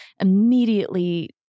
immediately